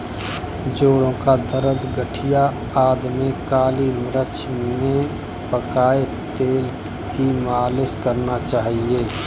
जोड़ों का दर्द, गठिया आदि में काली मिर्च में पकाए तेल की मालिश करना चाहिए